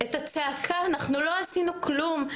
אנחנו לא עשינו כלום.